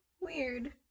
weird